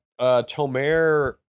Tomer